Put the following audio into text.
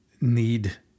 need